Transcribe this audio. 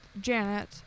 Janet